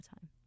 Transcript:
time